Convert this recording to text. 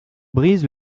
brise